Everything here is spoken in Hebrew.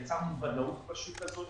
יצרנו ודאות בשוק הזה,